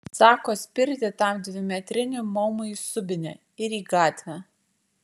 sako spirti tam dvimetriniam maumui į subinę ir į gatvę